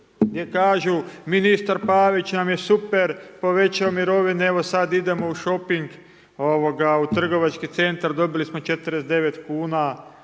gdje kažu ministar Pavić nam je super, povećao mirovine, evo sad idemo u šoping, ovoga, u trgovački centar, dobili smo 49,00